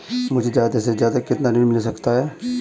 मुझे ज्यादा से ज्यादा कितना ऋण मिल सकता है?